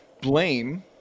blame